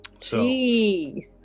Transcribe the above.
Jeez